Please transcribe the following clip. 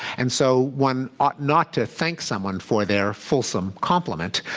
and so one ought not to thank someone for their fulsome compliment,